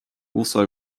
also